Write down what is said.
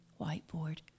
whiteboard